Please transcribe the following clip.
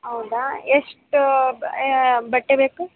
ಹೌದ ಎಷ್ಟು ಬಟ್ಟೆ ಬೇಕು